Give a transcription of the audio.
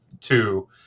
two –